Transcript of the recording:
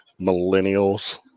millennials